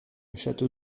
château